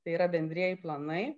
tai yra bendrieji planai